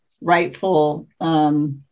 rightful